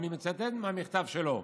אני מצטט מהמכתב שלו.